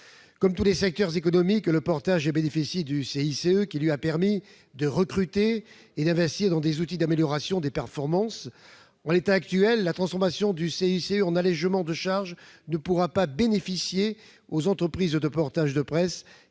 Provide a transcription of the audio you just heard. Comme tous les secteurs économiques, le portage a bénéficié du CICE, qui lui a permis de recruter et d'investir dans des outils d'amélioration des performances. Or, en l'état actuel, la transformation du CICE en allégements de charges ne pourra pas bénéficier aux entreprises de portage de presse,